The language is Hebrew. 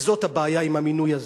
וזאת הבעיה עם המינוי הזה.